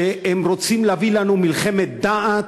שרוצים להביא לנו מלחמת דת,